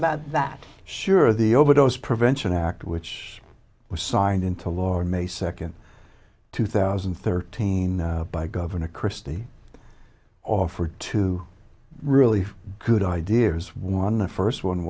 about that sure the overdose prevention act which was signed into law in may second two thousand and thirteen by governor christie offer two really good ideas one the first one